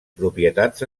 propietats